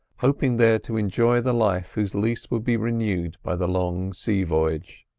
hoping there to enjoy the life whose lease would be renewed by the long sea voyage.